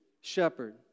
shepherd